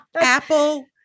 Apple